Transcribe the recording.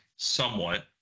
somewhat